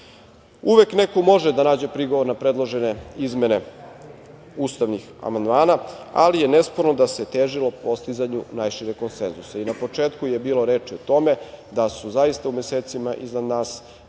neko može da nađe prigovor na predložene izmene ustavnih amandmana, ali je nesporno da se težilo postizanju najšireg konsenzusa. Na početku je bilo reči o tome, da je zaista u mesecima iza nas